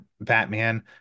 Batman